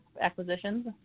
acquisitions